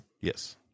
Yes